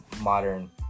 modern